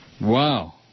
Wow